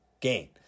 gain